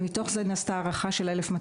ומתוך זה נעשתה ההערכה של ה-1,200.